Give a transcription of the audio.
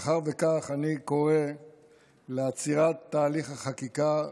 מאחר שכך, אני קורא לעצירת תהליך החקיקה,